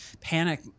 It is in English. panic